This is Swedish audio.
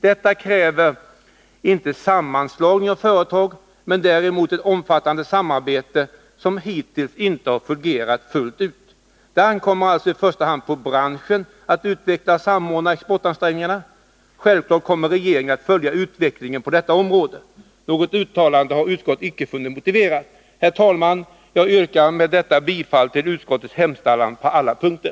Detta kräver inte sammanslagning av företag men däremot ett omfattande samarbete, som hittills inte fungerat fullt ut. Det ankommer alltså i första hand på branschen att utveckla och samordna exportansträngningarna. Självfallet kommer regeringen att följa utvecklingen på detta område. Något uttalande har inte utskottet funnit motiverat. Herr talman! Jag yrkar med detta bifall till utskottets hemställan på alla punkter.